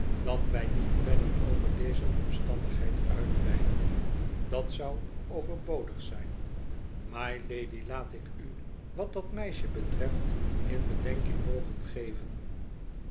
dat wij niet verder over deze omstandigheid uitweiden dat zou overbodig zijn mylady laat ik u wat dat meisje betreft in bedenking mogen geven